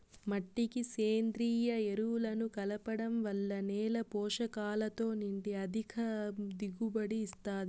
మట్టికి సేంద్రీయ ఎరువులను కలపడం వల్ల నేల పోషకాలతో నిండి అధిక దిగుబడిని ఇస్తాది